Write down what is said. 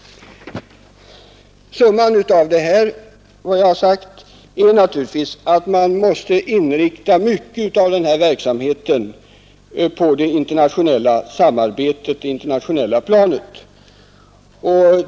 Summan av vad jag sagt är naturligtvis att man måste inrikta mycket av verksamheten på det här området på det internationella samarbetet.